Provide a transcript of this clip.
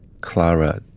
Clara